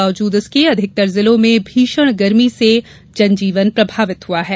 बावजूद इसके अधिकतर जिलों में भीषण गर्मी से जनजीवन प्रभावित है